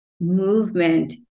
movement